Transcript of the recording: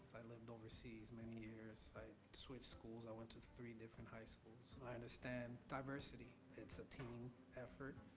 i lived overseas many years, i switched schools, i went to three different high schools, so i understand diversity, it's a team effort,